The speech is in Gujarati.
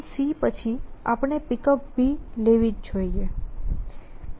PutDown પછી આપણે Pickup લેવી જ જોઇએ